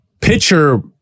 pitcher